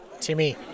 timmy